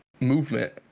movement